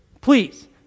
Please